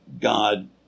God